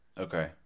okay